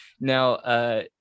Now